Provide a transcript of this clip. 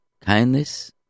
kindness